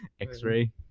X-ray